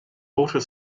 motor